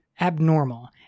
abnormal